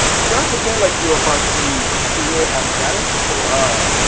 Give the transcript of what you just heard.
try to pretend like you're about to create a status. so ah.